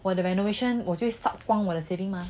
我的 renovation 我就 suck 光我的 saving mah